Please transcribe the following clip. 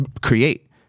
create